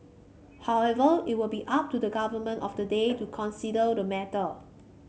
however it will be up to the government of the day to consider the matter